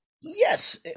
Yes